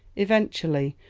eventually,